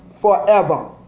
forever